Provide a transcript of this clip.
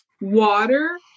Water